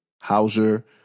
Hauser